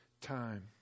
time